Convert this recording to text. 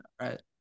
right